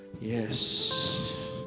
yes